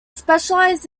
specialized